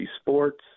sports